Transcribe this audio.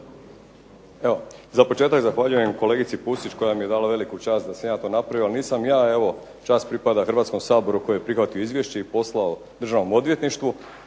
za početak zahvaljujem kolegici Pusić koja mi je dala veliku čast da sam ja to napravio. Ali nisam ja. Evo čast pripada Hrvatskom saboru koji je prihvatio izvješće i poslao Državnom odvjetništvu